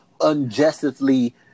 unjustly